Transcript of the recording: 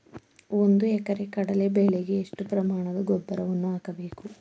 ಒಂದು ಎಕರೆ ಕಡಲೆ ಬೆಳೆಗೆ ಎಷ್ಟು ಪ್ರಮಾಣದ ಗೊಬ್ಬರವನ್ನು ಹಾಕಬೇಕು?